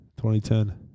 2010